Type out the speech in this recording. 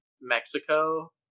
mexico